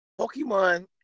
Pokemon